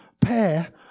pair